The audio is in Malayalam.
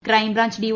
crime branch D